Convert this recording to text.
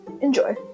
Enjoy